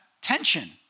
tension